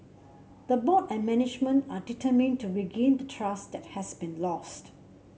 the board and management are determined to regain the trust that has been lost